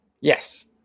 Yes